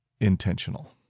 intentional